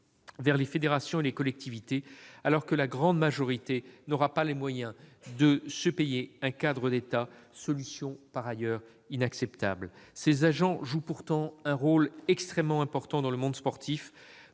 vers les fédérations et les collectivités, alors que la grande majorité n'aura pas les moyens de se payer un cadre d'État, solution par ailleurs inacceptable. Ces agents jouent pourtant un rôle extrêmement important dans le monde sportif,